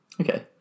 Okay